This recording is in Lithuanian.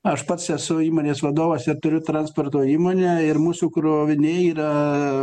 aš pats esu įmonės vadovas ir turiu transporto įmonę ir mūsų kroviniai yra